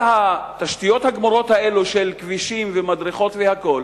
על התשתיות הגמורות האלה של כבישים ומדרכות והכול,